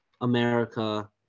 America